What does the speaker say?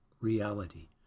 reality